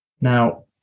Now